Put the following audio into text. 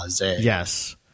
Yes